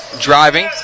driving